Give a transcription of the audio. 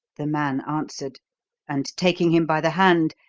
the man answered and taking him by the hand,